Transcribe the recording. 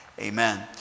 amen